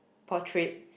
portrait